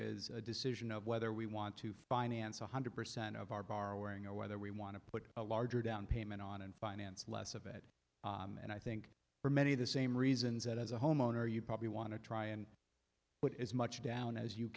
is a decision of whether we want to finance one hundred percent of our borrowing or whether we want to put a larger downpayment on and finance less of it and i think for many of the same reasons that as a homeowner you probably want to try and put as much down as you